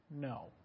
no